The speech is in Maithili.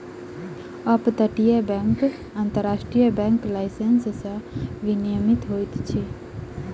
अप तटीय बैंक अन्तर्राष्ट्रीय बैंक लाइसेंस सॅ विनियमित होइत अछि